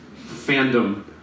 fandom